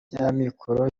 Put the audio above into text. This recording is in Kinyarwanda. by’amikoro